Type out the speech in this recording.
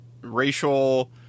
racial